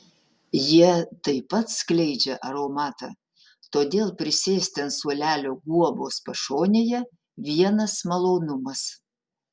jie taip pat skleidžia aromatą todėl prisėsti ant suolelio guobos pašonėje vienas malonumas